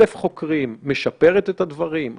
זאת אומרת,